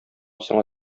сиңа